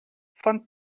von